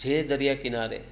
જે દરિયા કિનારે